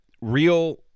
real